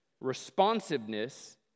Responsiveness